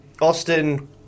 Austin